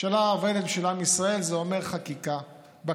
ממשלה עובדת בשביל עם ישראל זה אומר חקיקה בכנסת,